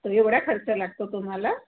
तर एवढा खर्च लागतो तुम्हाला